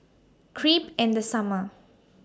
Crepe in The Summer